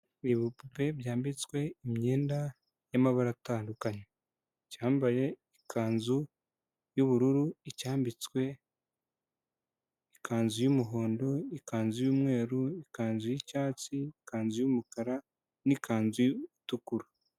Ibipupe byambitswe imyenda y'amabara atandukanye. Icyambaye ikanzu y'ubururu, icyambitswe ikanzu y'umuhondo, ikanzu y'umweru, ikanzu y'icyatsi, ikanzu y'umukara n'ikanzu itukura.